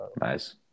Nice